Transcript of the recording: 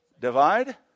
Divide